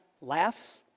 laughs